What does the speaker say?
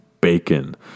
bacon